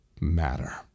matter